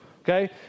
Okay